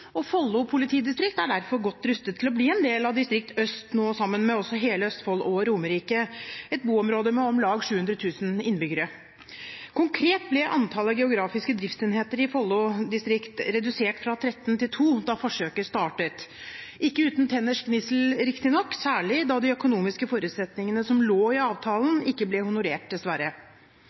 og Follo politidistrikt er derfor godt rustet til å bli en del av distrikt øst – nå også sammen med hele Østfold og Romerike – et boområde med om lag 700 000 innbyggere. Konkret ble antallet geografiske driftsenheter i Follo politidistrikt redusert fra 13 til to da forsøket startet – ikke uten tenners gnissel riktignok, særlig da de økonomiske forutsetningene som lå i avtalen, ikke ble honorert, dessverre.